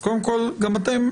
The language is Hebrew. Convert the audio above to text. אז קודם כל, גם אתם,